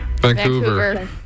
Vancouver